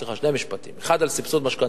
סליחה, שני משפטים, אחד על סבסוד משכנתאות